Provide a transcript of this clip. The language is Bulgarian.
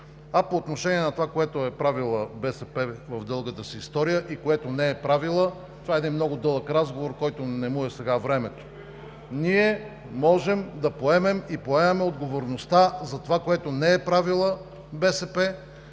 А по отношение на това, което е правила БСП в дългата си история и което не е правила, това е един много дълъг разговор, на който не му е сега времето. Ние можем да поемем и поемаме отговорността за това, което не е правила БСП